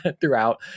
throughout